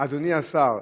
אדוני השר,